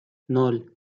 ноль